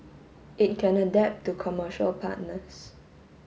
it can adapt to commercial partners